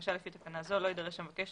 לבקשה זו לפי תקנה זו, לא יידרש המבקש